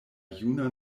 juna